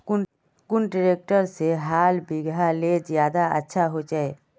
कुन ट्रैक्टर से हाल बिगहा ले ज्यादा अच्छा होचए?